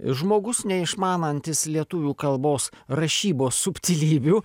žmogus neišmanantis lietuvių kalbos rašybos subtilybių